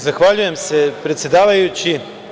Zahvaljujem se predsedavajući.